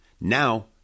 Now